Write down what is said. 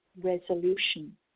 resolution